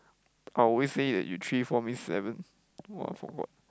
I always say that your three four mean seven !wah! for what